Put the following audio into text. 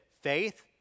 faith